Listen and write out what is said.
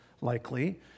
likely